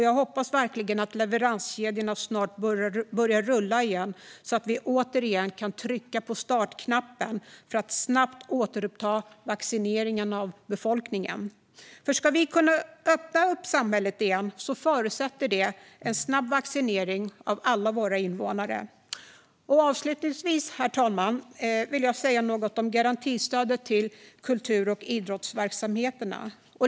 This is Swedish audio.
Jag hoppas verkligen att leveranskedjorna snart kan börja rulla igen, så att vi återigen kan trycka på startknappen och snabbt återuppta vaccineringen av befolkningen. Om vi ska kunna öppna upp samhället igen förutsätter det snabb vaccinering av alla våra invånare. Herr talman! Avslutningsvis vill jag säga något om garantistödet till kultur och idrottsverksamheterna.